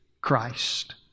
Christ